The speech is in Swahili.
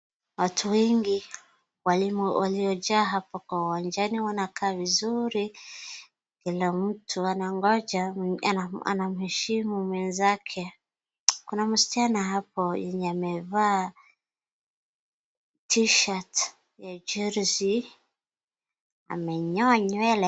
Watu wengi waliojaa hapa kwa uwanjani wanakaa vizuri kila mtu anangoja anamheshimu mwenzake. Kuna msichana hapo mwenye amevaa t-shati ya Chelsea amenyoa nywele.